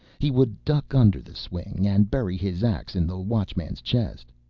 he would duck under the swing and bury his ax in the watchman's chest.